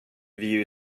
view